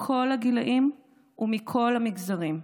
מכל הגילים ומכל המגזרים.